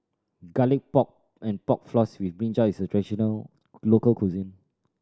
Garlic Pork and Pork Floss with brinjal is a traditional local cuisine